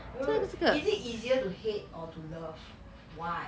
wait wait is it easier to hate or to love why